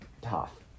tough